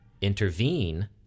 Intervene